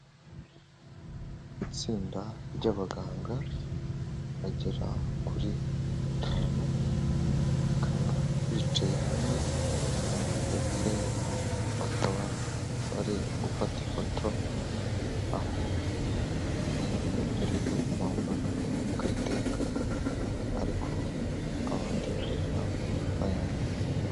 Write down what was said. Itsinda ry'abaganga bagera kuri batanu, bakaba bicaye hamwe ndetse bakaba bari gufata ifoto, aho bamwe muri bo bambaye amakarita y'akazi, ariko abandi ntabwo bayambaye.